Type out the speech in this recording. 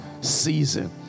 season